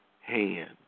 hand